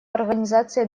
организации